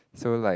so like